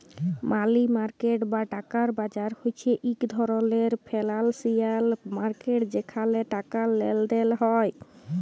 মালি market বা টাকার বাজার হছে ইক ধরলের ফিল্যালসিয়াল মার্কেট যেখালে টাকার লেলদেল হ্যয়